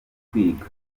kwiga